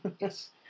Yes